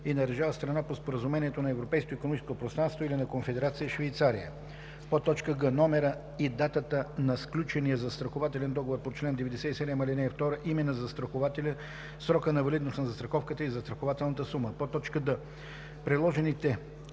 и на държава – страна по Споразумението за Европейското икономическо пространство, или на Конфедерация Швейцария; г) номера и датата на сключения застрахователен договор по чл. 97, ал. 2, име на застрахователя, срока на валидност на застраховката и застрахователната сума; д) приложените